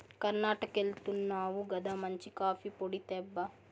కర్ణాటకెళ్తున్నావు గదా మంచి కాఫీ పొడి తేబ్బా